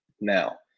Now